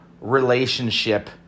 relationship